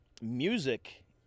music